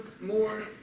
more